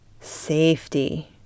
safety